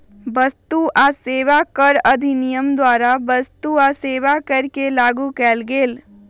वस्तु आ सेवा कर अधिनियम द्वारा वस्तु आ सेवा कर के लागू कएल गेल